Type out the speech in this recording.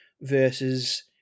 versus